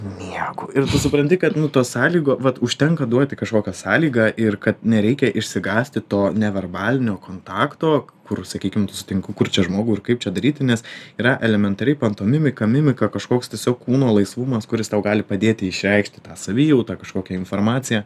miegu ir tu supranti kad nu tos sąlygų vat užtenka duoti kažkokią sąlygą ir kad nereikia išsigąsti to neverbalinio kontakto kur sakykim tu sutinku kurčią žmogų ir kaip čia daryti nes yra elementari pantomimika mimika kažkoks tiesiog kūno laisvumas kuris tau gali padėti išreikšti tą savijautą kažkokią informaciją